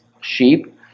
sheep